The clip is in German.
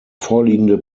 vorliegende